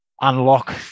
unlock